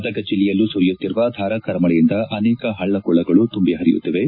ಗದಗ ಜಿಲ್ಲೆಯಲ್ಲೂ ಸುರಿಯುತ್ತಿರುವ ಧಾರಾಕಾರ ಮಳೆಯಿಂದ ಅನೇಕ ಪಳ್ಳ ಕೊಳ್ಳಗಳು ತುಂಬಿ ಪರಿಯುತ್ತಿವೆ